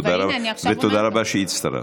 ותודה רבה שהצטרפת.